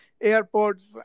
Airports